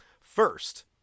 First